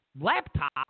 laptop